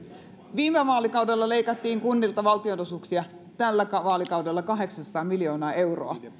viime vaalikaudella leikattiin kunnilta valtionosuuksia tällä vaalikaudella kahdeksansataa miljoonaa euroa